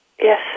Yes